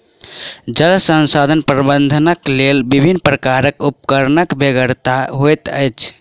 जल संसाधन प्रबंधनक लेल विभिन्न प्रकारक उपकरणक बेगरता होइत अछि